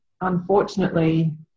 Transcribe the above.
unfortunately